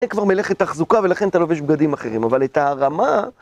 זה כבר מלאכת תחזוקה ולכן אתה לובש בגדים אחרים, אבל את הרמה...